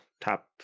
top